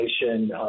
inflation